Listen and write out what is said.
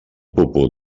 puput